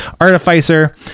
artificer